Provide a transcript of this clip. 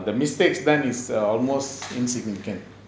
the mistakes done is err almost insignificant